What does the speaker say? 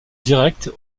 direct